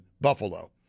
Buffalo